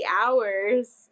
hours